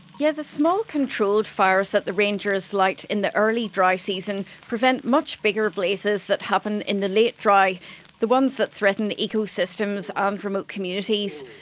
yeah. the small, controlled fires that the rangers light in the early dry season prevent much bigger blazes that happen in the late dry the ones that threaten the ecosystems and um remote communities.